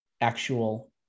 actual